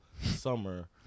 summer